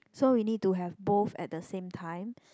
so we need to have both at the same time